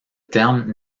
terme